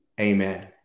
Amen